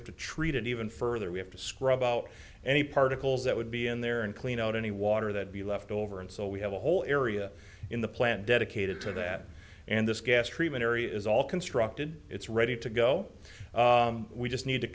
have to treat it even further we have to scrub out any particles that would be in there and clean out any water that be left over and so we have a whole area in the plant dedicated to that and this gas treatment area is all constructed it's ready to go we just need